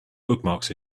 bookmarks